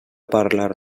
parlar